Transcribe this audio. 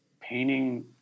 painting